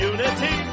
Unity